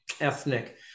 ethnic